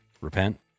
repent